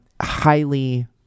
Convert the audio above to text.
highly